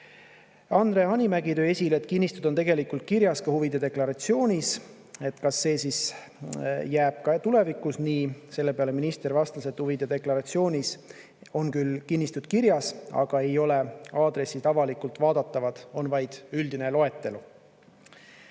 Hanimägi tõi esile, et kinnistud on tegelikult kirjas ka huvide deklaratsioonis, et kas see jääb ka tulevikus nii. Selle peale minister vastas, et huvide deklaratsioonis on küll kinnistud kirjas, aga ei ole aadressid avalikult vaadatavad, on vaid üldine loetelu. Ando